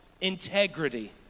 integrity